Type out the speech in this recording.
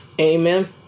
Amen